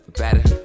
better